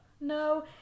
No